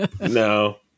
No